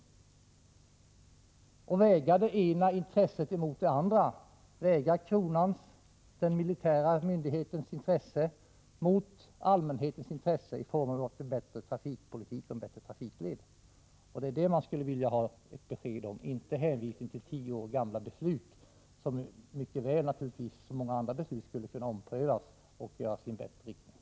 Man måste väga det ena intresset mot det andra — väga kronans, den militära myndighetens, intresse mot allmänhetens intresse i form av en bättre trafikpolitik och en bättre trafikled. Det är det man skulle vilja få ett besked om — inte en hänvisning till tio år gamla beslut, som naturligtvis mycket väl precis som många andra beslut skulle kunna omprövas och ges en bättre inriktning.